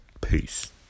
Peace